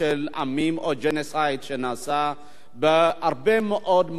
לג'נוסייד שנעשה בהרבה מאוד מקומות בעולם.